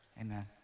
amen